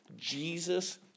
Jesus